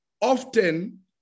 Often